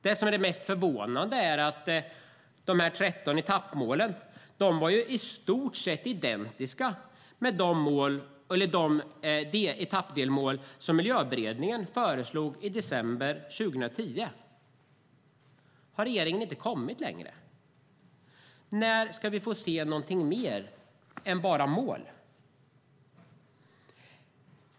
Det som är mest förvånande är att dessa 13 etappmål i stort sett är identiska med de etappmål som Miljöberedningen föreslog i december 2010. Har regeringen inte kommit längre? När ska vi få se något mer än bara mål?